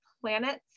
planets